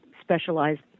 specialized